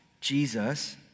Jesus